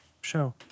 show